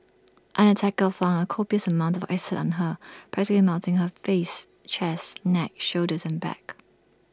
an attacker flung A copious amount of acid on her practically melting her face chest neck shoulders and back